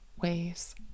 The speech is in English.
ways